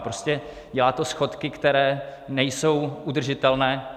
Prostě dělá to schodky, které nejsou udržitelné.